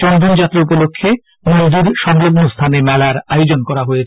চন্দনযাত্রা উপলক্ষে মন্দির সংলগ্ন স্হানে মেলার আয়োজন করা হয়েছে